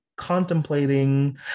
contemplating